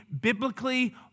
biblically